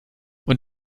und